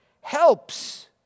helps